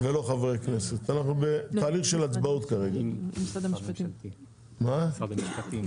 ופרסומת לחולי סרטן --- אבל ההטעיה היא הטעיה כלפי כולם.